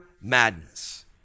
madness